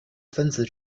分子